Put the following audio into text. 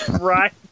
Right